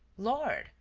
lord,